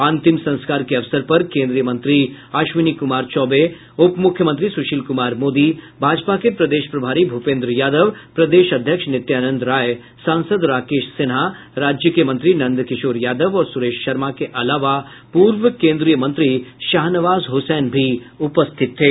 अंतिम संस्कार के अवसर पर केन्द्रीय मंत्री अश्विनी कुमार चौबे उपमुख्यमंत्री सुशील कुमार मोदी भाजपा के प्रदेश प्रभारी भूपेन्द्र यादव प्रदेश अध्यक्ष नित्यांनद राय सांसद राकेश सिन्हा राज्य के मंत्री नंदकिशोर यादव और सुरेश शर्मा के अलावा पूर्व केन्द्रीय मंत्री शाहनवाज हुसैन भी उपस्थित थे